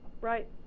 right